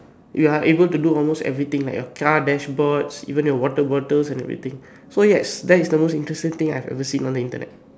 you are able to do almost everything like your car dashboards even your water bottles and everything so yes that is the most interesting thing I have ever seen on the Internet